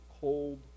cold